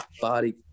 body